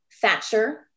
thatcher